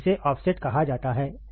इसे ऑफसेट कहा जाता है